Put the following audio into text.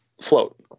float